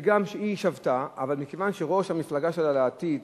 שגם היא שבתה, אבל מכיוון שראש המפלגה שלה לעתיד